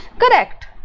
correct